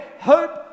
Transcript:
hope